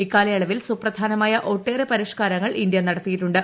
ഇക്കാലയളവിൽ സൂപ്രധാനമായ ഒട്ടേറെ പരിഷ്കാരങ്ങൾ ഇന്ത്യ നടത്തിയിട്ടുണ്ട്